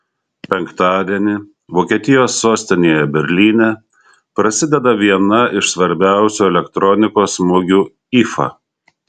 penktadienį vokietijos sostinėje berlyne prasideda viena iš svarbiausių elektronikos mugių ifa